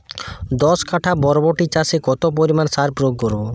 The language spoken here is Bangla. দশ কাঠা বরবটি চাষে কত পরিমাণ সার প্রয়োগ করব?